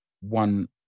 one